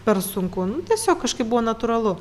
per sunku nu tiesiog kažkaip buvo natūralu